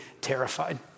terrified